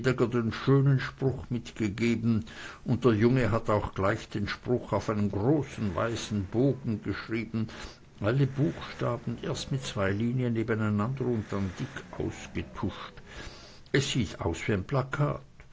den schönen spruch mitgegeben und der junge hat auch gleich den spruch auf einen großen weißen bogen geschrieben alle buchstaben erst mit zwei linien nebeneinander und dann dick ausgetuscht es sieht aus wie n plakat